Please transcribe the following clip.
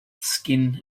skin